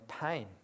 pain